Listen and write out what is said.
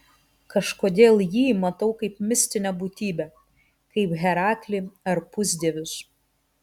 kažkodėl jį matau kaip mistinę būtybę kaip heraklį ar pusdievius